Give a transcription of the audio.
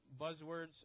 buzzwords